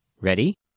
Ready